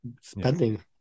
spending